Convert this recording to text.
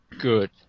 good